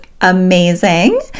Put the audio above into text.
amazing